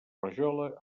rajola